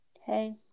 Hey